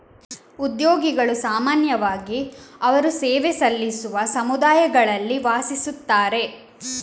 ಉದ್ಯೋಗಿಗಳು ಸಾಮಾನ್ಯವಾಗಿ ಅವರು ಸೇವೆ ಸಲ್ಲಿಸುವ ಸಮುದಾಯಗಳಲ್ಲಿ ವಾಸಿಸುತ್ತಾರೆ